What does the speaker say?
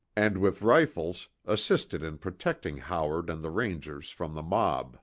and with rifles, assisted in protecting howard and the rangers from the mob